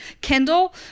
Kindle